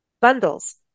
bundles